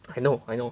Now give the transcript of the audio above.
I know I know